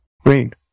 Great